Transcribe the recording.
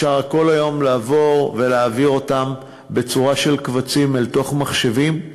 אפשר היום לעבור ולהעביר אותם בצורה של קבצים לתוך מחשבים.